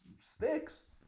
sticks